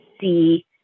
see